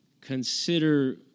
consider